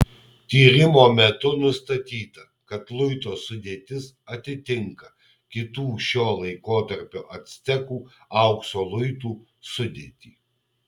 tyrimo metu nustatyta kad luito sudėtis atitinka kitų šio laikotarpio actekų aukso luitų sudėtį